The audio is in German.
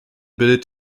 bildet